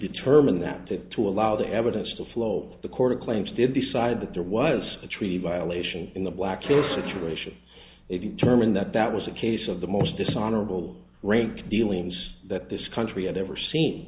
determine that to to allow the evidence to float the court of claims did decide that there was a treaty violation in the black hills situation if you term an that that was a case of the most dishonorable rank dealings that this country had ever seen